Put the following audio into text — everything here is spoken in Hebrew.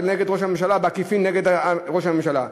ובעקיפין נגד ראש הממשלה.